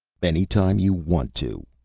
anytime you want to,